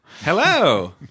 Hello